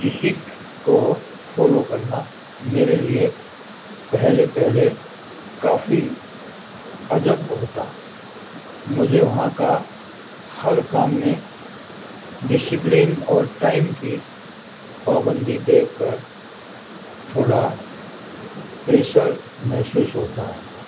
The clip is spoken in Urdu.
اطق کو فالو کرنا میرے لیے پہلے پہلے کافی عجب ہوتا مجھے وہاں کا ہر کام میں ڈسپلن اور ٹائم کی پابندی دیکھ کر تھوڑا پریشر محسوس ہوتا